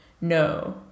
no